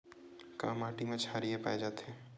का माटी मा क्षारीय पाए जाथे?